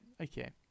Okay